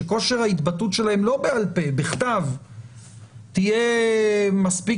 שכושר ההתבטאות שלהם לא בעל פה אלא בכתב יהיה מספיק